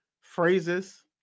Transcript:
phrases